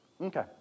Okay